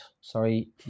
Sorry